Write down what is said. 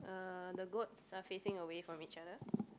uh the goats are facing away from each other